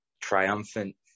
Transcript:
triumphant